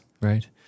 Right